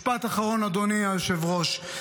משפט אחרון, אדוני היושב-ראש.